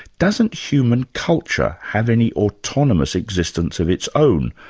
doesn't human culture have any autonomous existence of its own,